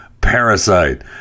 parasite